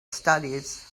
studies